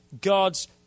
God's